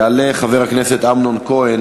יעלה חבר הכנסת אמנון כהן,